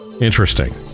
interesting